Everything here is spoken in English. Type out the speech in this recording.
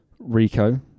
Rico